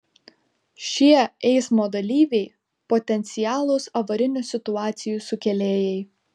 šie eismo dalyviai potencialūs avarinių situacijų sukėlėjai